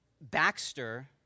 Baxter